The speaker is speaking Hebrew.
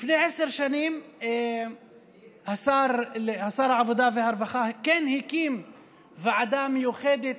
לפני עשר שנים שר העבודה והרווחה הקים ועדה מיוחדת